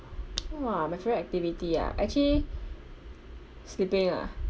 !wah! my favourite activity ah actually sleeping ah